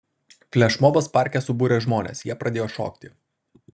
flešmobas parke subūrė žmones jie pradėjo šokti